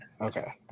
Okay